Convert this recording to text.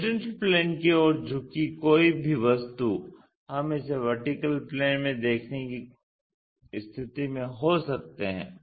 HP की ओर झुकी कोई भी वस्तु हम उसे VP में देखने की स्थिति में हो सकते हैं